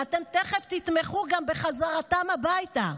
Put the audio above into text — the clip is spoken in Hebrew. ואתם תכף תתמכו גם בחזרתם הביתה,